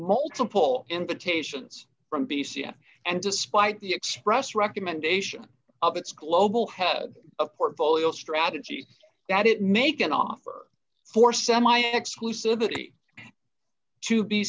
multiple invitations from b c s and despite the express recommendation of its global head of portfolio strategy that it make an offer for semi exclusivity to b